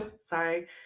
sorry